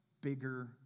bigger